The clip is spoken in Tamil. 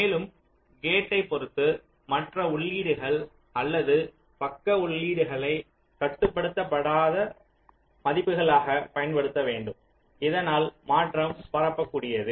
மேலும் கேட்டைப் பொறுத்து மற்ற உள்ளீடுகள் அல்லது பக்க உள்ளீடுகளை கட்டுப்படுத்தாத மதிப்புகளாக பயன்படுத்தப்பட வேண்டும் இதனால் மாற்றம் பரப்பக்கூடியது